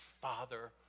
father